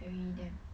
buried them